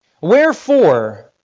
Wherefore